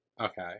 Okay